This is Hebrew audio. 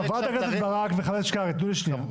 חברת הכנסת ברק וחבר הכנסת קרעי, תנו לי שנייה.